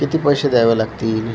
किती पैशे द्यावे लागतील